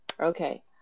Okay